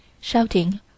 shouting